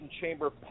Chamber